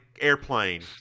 airplane